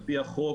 על פי החוק,